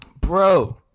bro